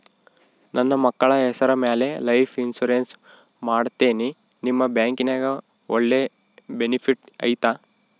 ನನ್ನ ಮಕ್ಕಳ ಹೆಸರ ಮ್ಯಾಲೆ ಲೈಫ್ ಇನ್ಸೂರೆನ್ಸ್ ಮಾಡತೇನಿ ನಿಮ್ಮ ಬ್ಯಾಂಕಿನ್ಯಾಗ ಒಳ್ಳೆ ಬೆನಿಫಿಟ್ ಐತಾ?